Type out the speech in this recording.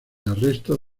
arresto